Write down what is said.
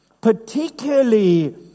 particularly